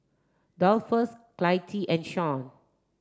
Dolphus Clytie and Shawn